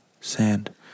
sand